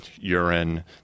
urine